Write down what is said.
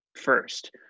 first